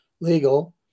legal